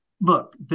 look